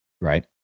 right